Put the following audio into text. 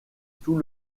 tout